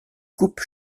coupe